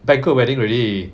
banquet wedding already